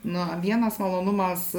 na vienas malonumas